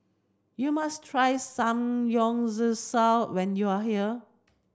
you must try Samgeyopsal when you are here